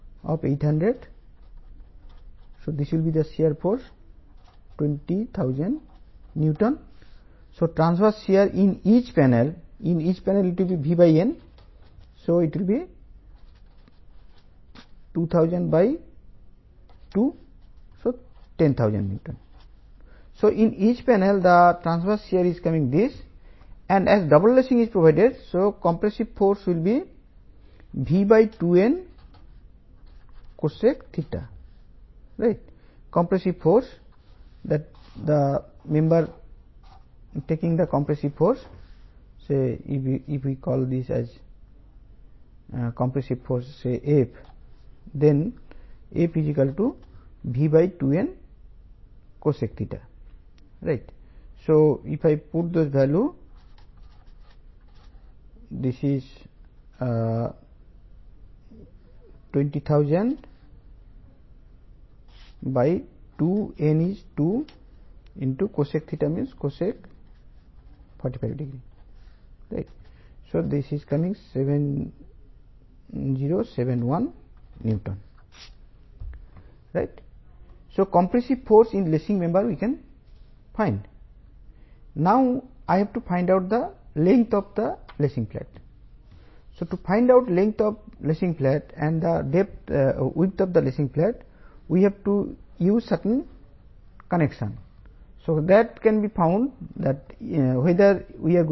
64 shear force ప్రతి ప్యానెల్లో transverse shear double lacing ఇచ్చాము కాబట్టి లేసింగ్ బార్ లో వచ్చే కంప్రెస్సివ్ ఫోర్స్ లేసింగ్ ఫ్లాట్ యొక్క సెక్షన్ గ్రేడ్ 4